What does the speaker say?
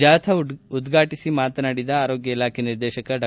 ಜಾಥಾ ಉದ್ರಾಟಿಸಿ ಮಾತನಾಡಿದ ಆರೋಗ್ಯ ಇಲಾಖೆ ನಿರ್ದೇಶಕ ಡಾ